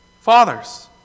Fathers